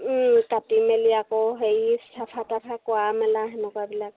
কাটি মেলি আকৌ হেৰি চাফা তাফা কৰা মেলা তেনেকুৱাবিলাক